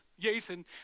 Jason